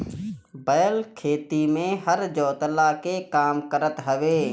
बैल खेती में हर जोतला के काम करत हवे